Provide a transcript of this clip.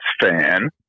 fan